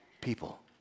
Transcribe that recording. people